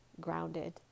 grounded